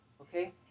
Okay